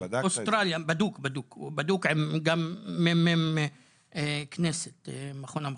בדוק, גם עם הממ"מ של הכנסת, מכון המחקר.